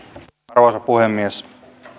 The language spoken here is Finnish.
arvoisa puhemies